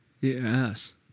Yes